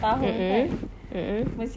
mm mm mm mm